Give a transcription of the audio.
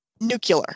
nuclear